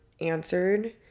answered